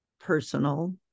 personal